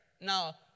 Now